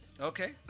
Okay